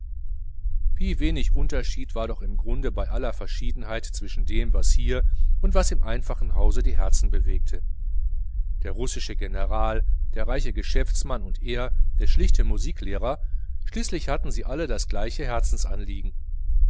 wie wenig unterschied war doch im grund bei aller äußeren verschiedenheit zwischen dem was hier und was im einfachen hause die herzen bewegte der russische general der reiche geschäftsmann und er der schlichte musiklehrer schließlich hatten sie alle das gleiche herzensanliegen